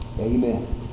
Amen